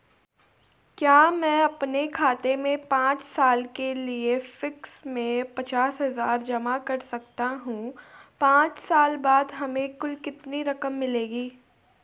क्या मैं अपने खाते में पांच साल के लिए फिक्स में पचास हज़ार जमा कर सकता हूँ पांच साल बाद हमें कुल कितनी रकम मिलेगी?